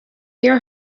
your